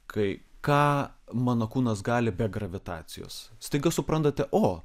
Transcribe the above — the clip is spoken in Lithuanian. kai ką mano kūnas gali be gravitacijos staiga suprantate o